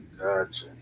Gotcha